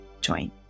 join